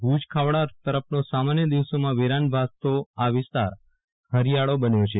ભુજ ખાવડા તરફનો સામાન્ય દિવસોમાં વેરન ભાસતો આ વિસ્તાર હરિયાળો બન્યો છે